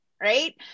right